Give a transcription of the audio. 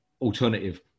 alternative